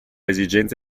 esigenze